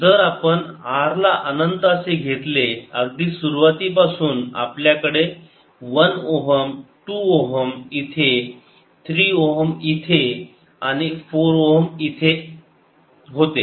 जर आपण R ला अनंत असे घेतले अगदी सुरुवातीपासून आपल्याकडे 1 ओहम 2 ओहम इथे 3 ओहम इथे आणि 4 ओहम इथे होते